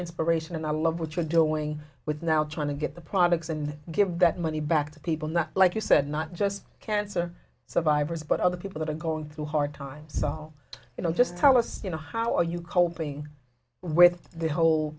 inspiration and i love what you're doing with now trying to get the products and give that money back to people not like you said not just cancer survivors but other people that are going through hard times saul you know just tell us you know how are you coping with the whole